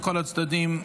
מכל הצדדים.